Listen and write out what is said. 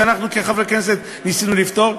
שאנחנו כחברי כנסת ניסינו לפתור.